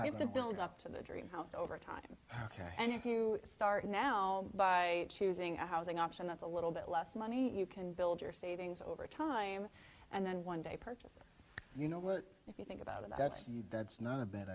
the build up to the dream house over time ok and if you start now by choosing a housing option that's a little bit less money you can build your savings over time and then one day purchase you know if you think about it that's you that's not a bad